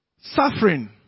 Suffering